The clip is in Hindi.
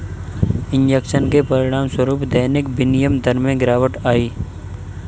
इंजेक्शन के परिणामस्वरूप दैनिक विनिमय दर में गिरावट आई